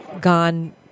gone